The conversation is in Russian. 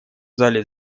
зале